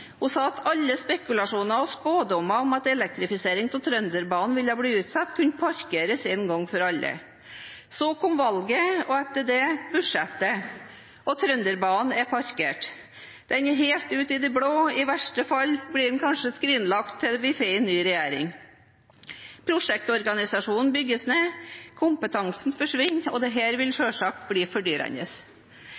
Hun sa at alle spekulasjoner og spådommer om at elektrifisering av Trønderbanen ville bli utsatt, kunne parkeres en gang for alle. Så kom valget, og etter det budsjettet, og Trønderbanen er parkert. Den er helt ute i det blå, og i verste fall blir den kanskje skrinlagt til vi får en ny regjering. Prosjektorganisasjonen bygges ned, kompetansen forsvinner, og dette vil